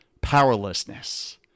powerlessness